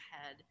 head